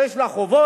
שיש לה חובות,